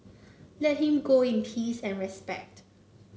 let him go in peace and respect